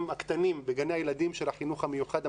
הקטנים בגני הילדים של החינוך המיוחד,